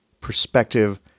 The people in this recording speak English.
perspective